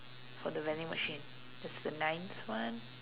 for the vending machine that's the ninth one